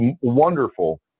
wonderful